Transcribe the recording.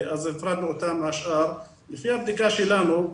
אז הפרדנו אותם מהשאר.